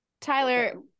tyler